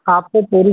आपको पूरी